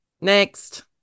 Next